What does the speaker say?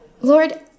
Lord